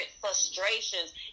frustrations